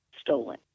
stolen